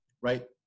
right